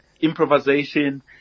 improvisation